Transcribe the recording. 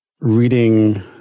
reading